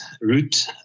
route